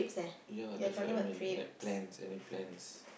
ya that's what I mean like plans any plans